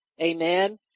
Amen